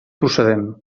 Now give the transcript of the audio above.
procedent